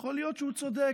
יכול להיות שהוא צודק.